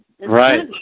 Right